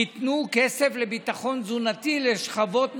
ייתנו כסף לביטחון תזונתי לשכבות מוחלשות.